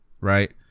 right